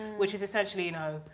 which is essentially, you know,